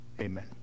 Amen